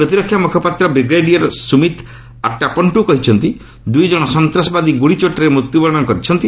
ପ୍ରତିରକ୍ଷା ମୁଖପାତ୍ର ବ୍ରିଗେଡିୟର୍ ସୁମିତ୍ ଆଟ୍ଟାପଙ୍କୁ କହିଛନ୍ତି ଦୁଇ ଜଣ ସନ୍ତାସବାଦୀ ଗୁଳିଚୋଟରେ ମୃତ୍ୟୁବରଣ କରିଥିଲେ